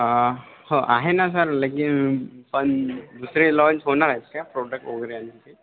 आ आहे ना सर लेकिन पण दुसरे लाँच होणार आहेत का प्रोडक्ट वगैरे आणखी